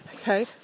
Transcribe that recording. Okay